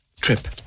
trip